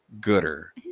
gooder